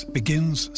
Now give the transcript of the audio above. begins